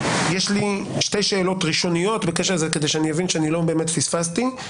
יש לי שתי שאלות ראשוניות בקשר לזה כדי שאבין שאני לא באמת פספסתי: